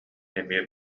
эмиэ